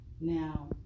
Now